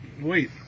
Wait